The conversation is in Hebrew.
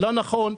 לא נכון?